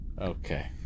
Okay